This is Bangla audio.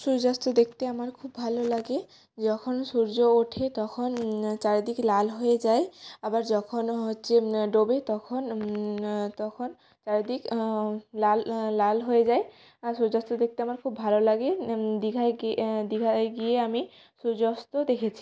সূর্যাস্ত দেখতে আমার খুব ভালো লাগে যখন সূর্য ওঠে তখন চারিদিকে লাল হয়ে যায় আবার যখন হচ্ছে ডোবে তখন তখন চারিদিক লাল লাল হয়ে যায় আর সূর্যাস্ত দেখতে আমার খুব ভালো লাগে দীঘায় দীঘায় গিয়ে আমি সূর্যাস্ত দেখেছি